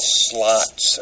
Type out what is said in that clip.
slots